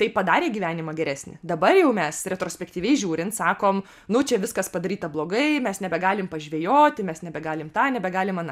tai padarė gyvenimą geresnį dabar jau mes retrospektyviai žiūrint sakom nu čia viskas padaryta blogai mes nebegalim pažvejoti mes nebegalim tą nebegalim aną